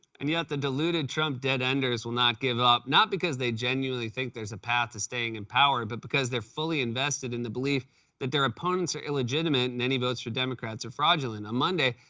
and, yet, the deluded trump dead-enders will not give up, not because they genuinely think there's a path to staying in power, but because they're fully invested in the belief that their opponents are illegitimate and any votes for democrats are fraudulent. on monday,